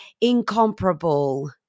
incomparable